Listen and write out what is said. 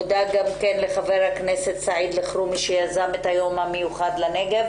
אני מודה גם לחבר הכנסת סעיד אלחרומי שיזם את היום המיוחד לנגב.